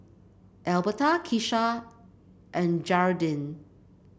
Albertha Kisha and Gearldine